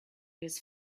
his